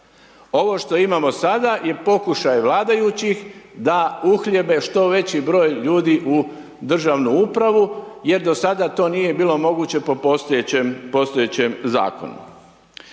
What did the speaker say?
Ovo što imamo sada je pokušaj vladajućih da uhljebe što veći broj ljudi u državnu upravu jer do sada to nije bilo moguće po postojećem Zakonu.